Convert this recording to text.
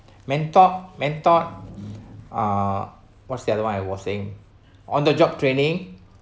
mentored mentored uh what's the other one I was saying on the job training